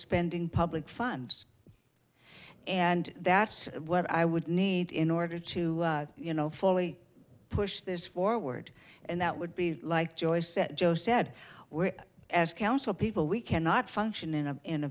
spending public funds and that's what i would need in order to you know fully push this forward and that would be like joyce said joe said we're as council people we cannot function in a in a